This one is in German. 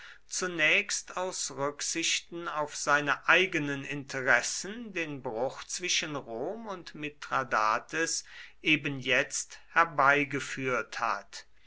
zunächst aus rücksichten auf seine eigenen interessen den bruch zwischen rom und mithradates eben jetzt herbeigeführt hat